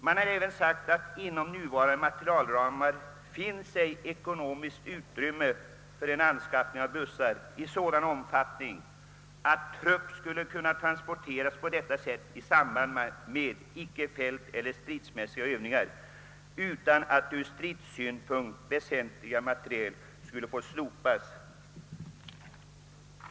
Man har även sagt att inom nuvarande materielramar finns ej ekonomiskt utrymme för anskaffning av bussar i sådan omfattning att trupp skulle kunna transporteras på detta sätt i samband med icke fälteller stridsmässiga Öövningar, utan att ur stridssynpunkt väsentlig materiel skulle få slopas.